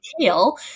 kale